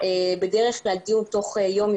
בדרך כלל נקבע דיון תוך יום,